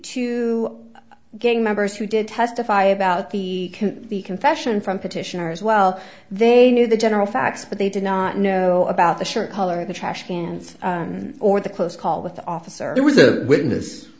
two gang members who did testify about the the confession from petitioners well they knew the general facts but they did not know about the shirt color of the trash cans or the close call with the officer who was a witness